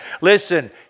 Listen